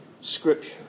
Scripture